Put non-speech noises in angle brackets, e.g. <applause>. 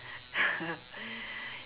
<laughs>